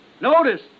Notice